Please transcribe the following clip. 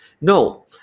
No